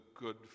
good